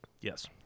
Yes